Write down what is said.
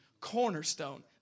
cornerstone